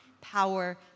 power